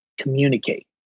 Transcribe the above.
communicate